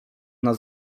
nas